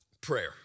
prayer